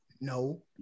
No